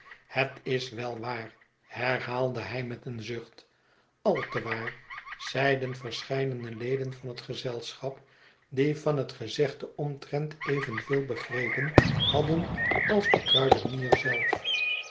het is wel waar herhaalde hij met een zucht al tewaar zeiden verscheidene leden van het gezelschap die van het gezegde omtrent evenveel begrepen hadden als de kruidenier zelf